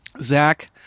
Zach